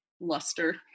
Luster